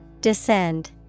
Descend